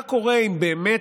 מה קורה אם באמת,